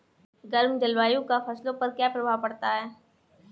गर्म जलवायु का फसलों पर क्या प्रभाव पड़ता है?